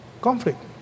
conflict